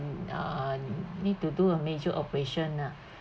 I need to do a major operation ah